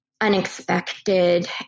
unexpected